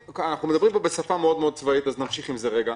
אנחנו מדברים פה בשפה מאוד מאוד צבאית אז נמשיך עם זה רגע.